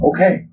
Okay